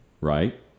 right